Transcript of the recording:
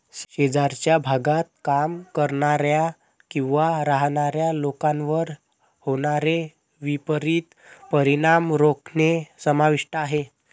शेजारच्या भागात काम करणाऱ्या किंवा राहणाऱ्या लोकांवर होणारे विपरीत परिणाम रोखणे समाविष्ट आहे